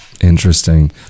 Interesting